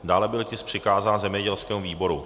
Dále byl tisk přikázán zemědělskému výboru.